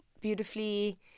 beautifully